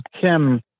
Kim